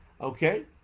Okay